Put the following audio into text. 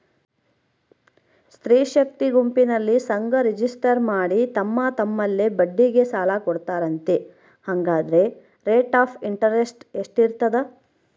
ಸ್ತ್ರೇ ಶಕ್ತಿ ಗುಂಪಿನಲ್ಲಿ ಸಂಘ ರಿಜಿಸ್ಟರ್ ಮಾಡಿ ತಮ್ಮ ತಮ್ಮಲ್ಲೇ ಬಡ್ಡಿಗೆ ಸಾಲ ಕೊಡ್ತಾರಂತೆ, ಹಂಗಾದರೆ ರೇಟ್ ಆಫ್ ಇಂಟರೆಸ್ಟ್ ಎಷ್ಟಿರ್ತದ?